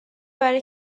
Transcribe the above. برای